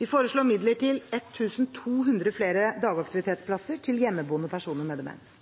Vi foreslår midler til 1 200 flere dagaktivitetsplasser til hjemmeboende personer med demens.